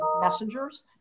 messengers